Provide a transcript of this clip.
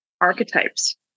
archetypes